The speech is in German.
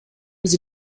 sie